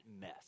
mess